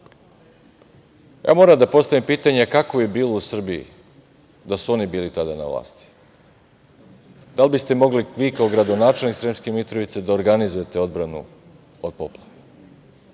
Moram da postavim pitanje – kako bi bilo u Srbiji da su oni bili tada na vlasti? Da li biste mogli vi kao gradonačelnik Sremske Mitrovice da organizujete odbranu od poplava?